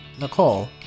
Nicole